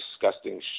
disgusting